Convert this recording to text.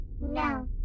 No